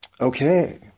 Okay